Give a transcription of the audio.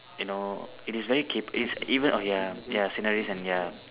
you know it is very cap~ is even okay ya ya sceneries and ya